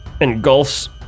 engulfs